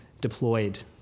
deployed